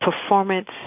performance